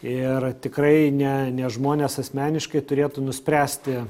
ir tikrai ne ne žmonės asmeniškai turėtų nuspręsti